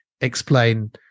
explain